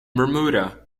bermuda